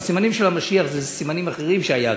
הסימנים של המשיח הם סימנים אחרים שהיו כאן,